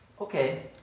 Okay